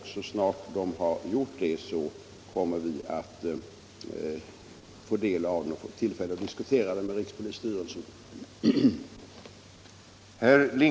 Så snart styrelsen har gjort det, kommer vi i justitiedepartementet att få del av den och får även tillfälle att diskutera utredningen med rikspolisstyrelsen.